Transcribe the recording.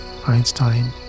Einstein